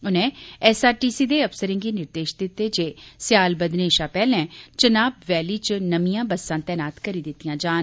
उनें एसआरटीसी दे अफसरें गी निर्देश दित्ते जे स्याल बघने शा पैहलें चिनाब वैली च नमियां बस्सां तैनात करी दित्तियां जान